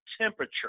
temperature